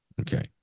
okay